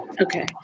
okay